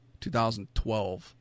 2012